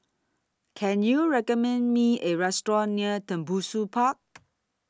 Can YOU recommend Me A Restaurant near Tembusu Park